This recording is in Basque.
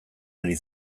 ari